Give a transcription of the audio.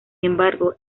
embargo